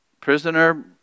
prisoner